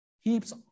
heaps